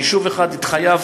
ביישוב אחד התחייבתי,